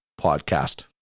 podcast